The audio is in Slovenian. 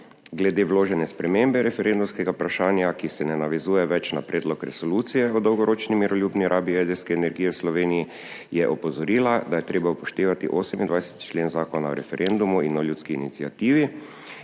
Glede vložene spremembe referendumskega vprašanja, ki se ne navezuje več na Predlog resolucije o dolgoročni miroljubni rabi jedrske energije v Sloveniji, je opozorila da je treba upoštevati 28. člen Zakona o referendumu in o ljudski iniciativi,